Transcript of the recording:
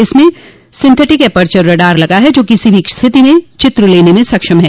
इसमें synthetic aperture radar लगा है जो किसी भी स्थिति में चित्र लेने में सक्षम है